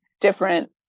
different